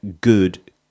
good